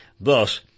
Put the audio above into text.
Thus